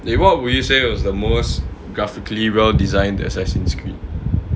dey what would you say was the most graphically well designed Assassin's Creed